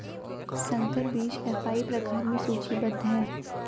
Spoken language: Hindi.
संकर बीज एफ.आई प्रकार में सूचीबद्ध है